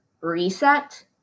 reset